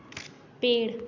पेड़